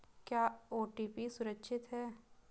क्या ओ.टी.पी सुरक्षित है?